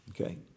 Okay